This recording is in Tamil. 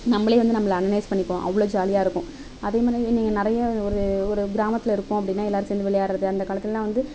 நம்மளே வந்து நம்மள அனலைஸ் பண்ணிப்போம் அவ்வளோ ஜாலியாக இருக்கும் அதே மாதிரி நீங்கள் நிறைய ஒரு ஒரு கிராமத்தில் இருக்கோம் அப்படின்னா எல்லாேரும் சேர்ந்து விளையாடுறது அந்த காலத்துலெலாம் வந்து